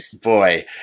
boy